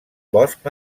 bosc